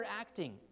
acting